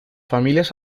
familias